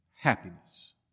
happiness